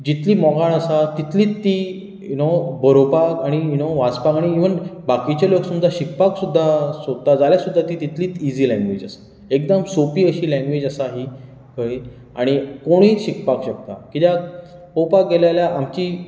जितली मोगाळ आसा तितलीच ती यु नो बरोवपाक आनी यु नो वाचपाक आणनी इवन बाकीचे बशेन शिकपाक सुद्दां सोदतात जाल्यार सुद्दां ती तितलीच इझी लॅंगवेज आसा एकदम सोंपी अशी लँगवेज आसा ही कळ्ळी आणी कोणूय शिकपाक शकता कित्याक पळोवपाक गेलीं जाल्यार आमचीं